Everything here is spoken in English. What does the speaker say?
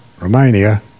Romania